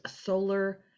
solar